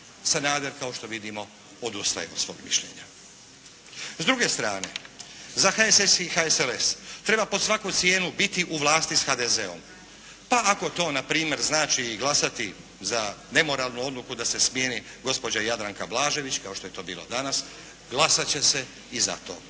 Sanader kao što vidimo odustaje od svog mišljenja. S druge strane, za HSS i HSLS treba pod svaku cijenu biti u vlasti s HDZ-om pa ako to na primjer znači i glasati za nemoralnu odluku da se smijeni gospođa Jadranka Blažević kao što je to bilo danas glasat će se i za to.